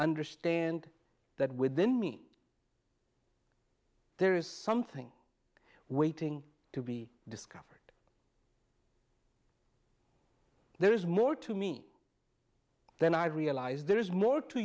understand that within me there is something waiting to be discovered there is more to me then i realize there is more to